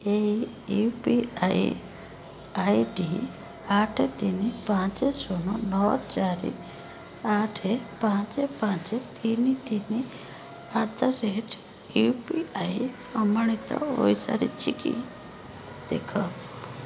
ଏହି U P I ID ଆଠ ତିନି ପାଞ୍ଚ ଶୂନ ନଅ ଚାରି ଆଠେ ପାଞ୍ଚ ପାଞ୍ଚ ତିନି ତିନି at the rate U P I ପ୍ରମାଣିତ ହୋଇସାରିଛି କି ଦେଖ